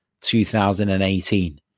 2018